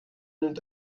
nimmt